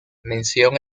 mención